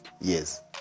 yes